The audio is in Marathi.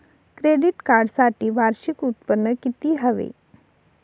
क्रेडिट कार्डसाठी वार्षिक उत्त्पन्न किती हवे?